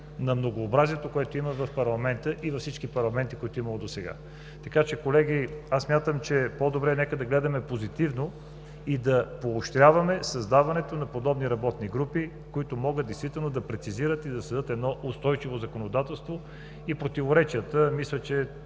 на многообразието, което има в парламента и във всички парламенти, които е имало досега. Колеги, аз смятам, че е по-добре и нека да гледаме позитивно и да поощряваме създаването на подобни работни групи, които могат действително да прецизират и да създадат едно устойчиво законодателство и с противоречията мисля, че